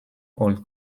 old